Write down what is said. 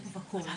און טופ אוף הכול,